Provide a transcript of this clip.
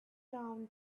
down